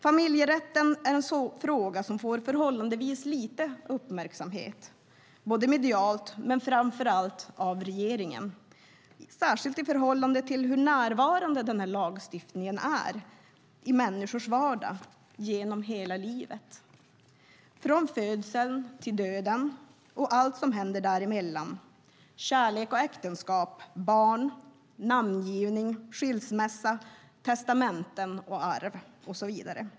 Familjerätten är en fråga som får förhållandevis lite uppmärksamhet, både i medierna och av regeringen, särskilt i förhållande till hur närvarande den här lagstiftningen är i människors vardag genom hela livet, från födsel till döden och allt som kan hända däremellan - kärlek och äktenskap, barn, namngivning, skilsmässa, testamenten, arv och så vidare.